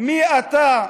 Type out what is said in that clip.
מי אתה?